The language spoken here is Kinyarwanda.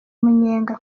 umunyenga